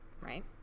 right